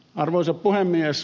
arvoisa puhemies